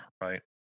right